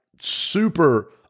super